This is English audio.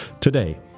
Today